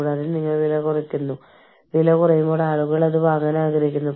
വിവിധ രാജ്യങ്ങളിലെ സർക്കാർ സ്വകാര്യ ആരോഗ്യം പെൻഷൻ ആനുകൂല്യങ്ങൾ